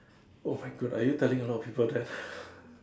oh my God are you telling a lot of people that